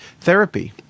therapy